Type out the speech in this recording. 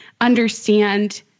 understand